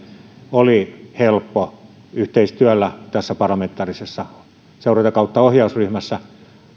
oli helppo yhteistyöllä parlamentaarisessa seuranta ohjausryhmässä